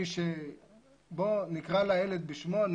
בואו נקרא לילד בשמו,